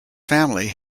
family